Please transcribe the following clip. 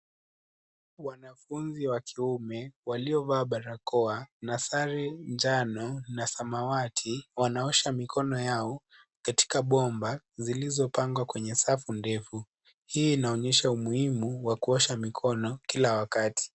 Wanafunzi wa kiume walio vaa barakoa na sare njano na samawati wanaosha mikono yao katika bomba zilizo pangwa kwenye safu ndefu hii inaonyesha umuhimu wa kuosha mikono kila wakati.